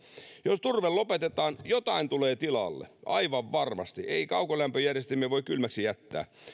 jos turve lopetetaan jotain tulee tilalle aivan varmasti ei kaukolämpöjärjestelmiä voi kylmäksi jättää